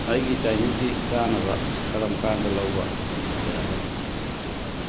ꯑꯩꯒꯤ ꯆꯥꯏꯅꯤꯁꯀꯤ ꯆꯥꯅꯕ ꯀꯔꯝꯀꯥꯟꯗ ꯂꯧꯕ ꯌꯥꯒꯅꯤ